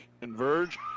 converge